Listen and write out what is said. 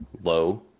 low